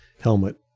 helmet